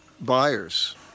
buyers